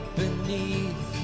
beneath